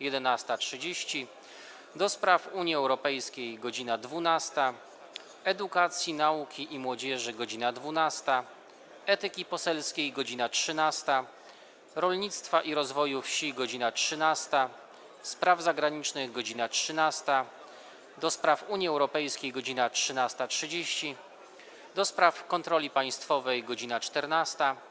11.30, - do Spraw Unii Europejskiej - godz. 12, - Edukacji, Nauki i Młodzieży - godz. 12, - Etyki Poselskiej - godz. 13, - Rolnictwa i Rozwoju Wsi - godz. 13, - Spraw Zagranicznych - godz. 13, - do Spraw Unii Europejskiej - godz. 13.30, - do Spraw Kontroli Państwowej - godz. 14,